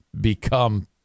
become